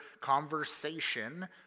conversation